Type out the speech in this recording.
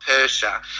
Persia